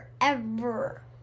forever